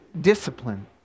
discipline